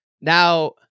now